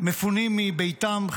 מפונים מביתם,